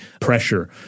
pressure